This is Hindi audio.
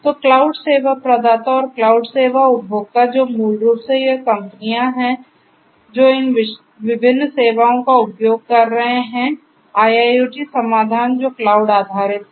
तो क्लाउड सेवा प्रदाता और क्लाउड सेवा उपभोक्ता जो मूल रूप से यह कंपनियां हैं जो इन विभिन्न सेवाओं का उपयोग कर रहे हैं IIoT समाधान जो क्लाउड आधारित हैं